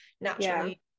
naturally